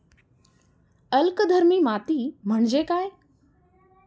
अल्कधर्मी माती म्हणजे काय?